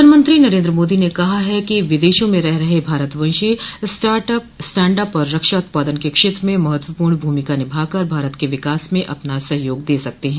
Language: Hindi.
प्रधानमंत्री नरेन्द्र मोदो ने कहा है कि विदेशों में रह रहे भारतवंशी स्टार्ट अप स्टैंड अप और रक्षा उत्पादन के क्षेत्र में महत्वपूर्ण भूमिका निभा कर भारत के विकास में अपना सहयोग दे सकते हैं